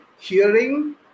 hearing